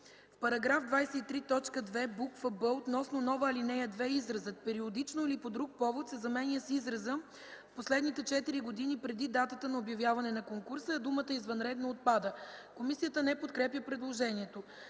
-§ 23, т. 2, буква „б” относно нова ал. 2, изразът „периодично или по друг повод” се заменя с израза „в последните четири години преди датата на обявяване на конкурса”, а думата „извънредно” отпада. Комисията не подкрепя предложението.